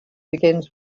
begins